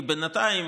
כי בינתיים